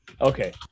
Okay